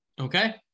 okay